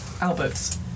Alberts